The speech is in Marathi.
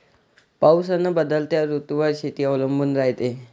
पाऊस अन बदलत्या ऋतूवर शेती अवलंबून रायते